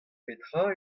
petra